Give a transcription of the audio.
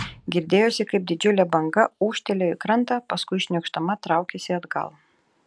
girdėjosi kaip didžiulė banga ūžtelėjo į krantą paskui šniokšdama traukėsi atgal